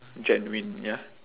genuine ya